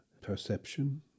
perception